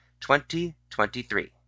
2023